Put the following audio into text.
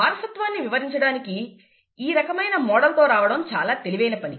వారసత్వాన్ని వివరించడానికి ఈ రకమైన మోడల్తో రావడం చాలా తెలివైన పని